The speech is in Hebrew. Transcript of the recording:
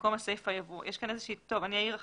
ובמקום הסיפה יבוא: "אין